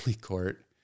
court